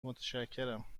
متشکرم